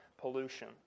pollution